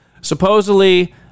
Supposedly